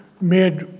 made